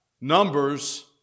numbers